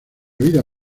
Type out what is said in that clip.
vida